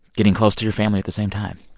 getting close to your family at the same time?